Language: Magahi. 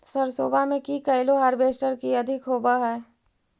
सरसोबा मे की कैलो हारबेसटर की अधिक होब है?